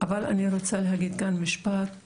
אבל אני רוצה להגיד כאן משפט אמיתי,